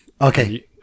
Okay